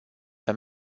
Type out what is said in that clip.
doar